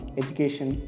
education